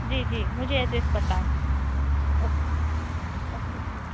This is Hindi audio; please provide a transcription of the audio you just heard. जी जी मुझे एड्रेस पता है ओ ओके थैंक यू